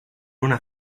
una